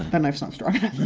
that knife's not strong enough